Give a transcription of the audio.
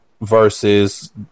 versus